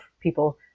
people